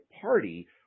Party